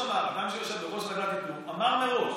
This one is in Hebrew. אמר מראש,